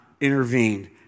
intervened